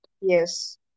Yes